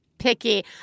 picky